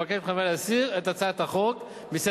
אני מבקש מחברי הכנסת להסיר את הצעת החוק מסדר-היום,